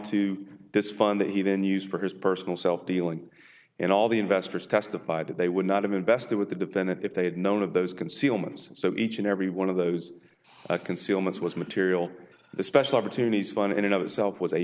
to this fund that he then used for his personal self dealing and all the investors testified that they would not have invested with the defendant if they had known of those concealments so each and every one of those concealments was material the special opportunities fun in another self was a